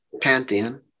pantheon